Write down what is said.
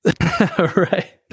Right